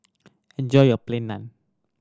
enjoy your Plain Naan